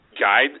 guide